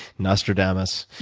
nostradamus.